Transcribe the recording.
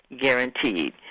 guaranteed